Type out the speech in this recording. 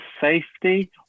safety